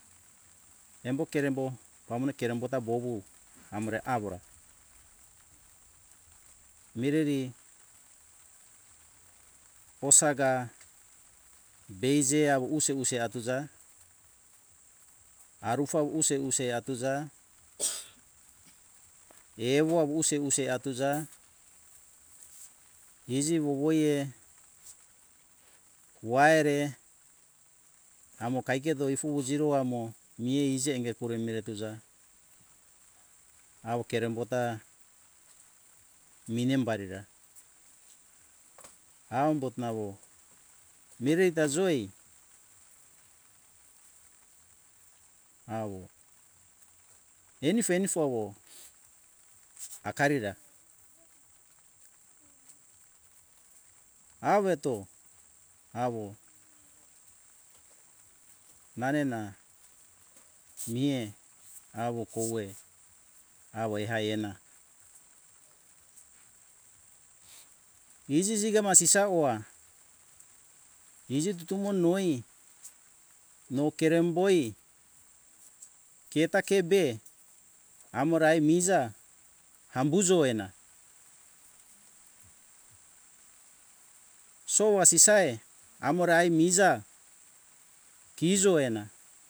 Embo kerembo pamone kerembo ta bowu amore awora mireri osaga beize awo use atuza arufa use - use atuza euwa use - use atuza iji wowoie waire amo kaiketo ifumo jiro amo mie ijege pure mere tuja awo kerembota minem barira angot namo mireri ta joi awo enifo - enifo awo akarira aweto awo nane na mie awo kokoe awo eha iena iji siga masi sawo iji tumo noi no kirem boi keta kebe amora ai miza ambu zoena otoa sisae amora ai miza kizo ena